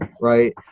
right